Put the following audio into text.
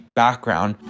background